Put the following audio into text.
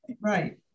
right